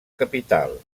capital